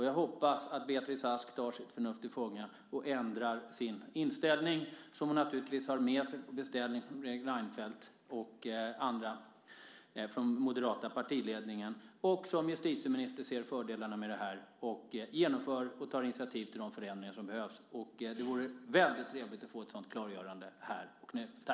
Jag hoppas att Beatrice Ask tar sitt förnuft till fånga och ändrar sin inställning, som hon naturligtvis har med sig på beställning från Fredrik Reinfeldt och andra i den moderata partiledningen, och som justitieminister ser fördelarna med öppenhet, tar initiativ till och genomför de förändringar som behövs. Det vore väldigt trevligt att få ett klargörande här och nu.